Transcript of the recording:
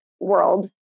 world